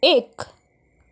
एक